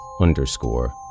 underscore